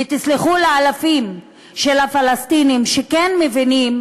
ותסלחו לאלפים של הפלסטינים שכן מבינים,